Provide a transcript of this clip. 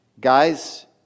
guys